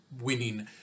winning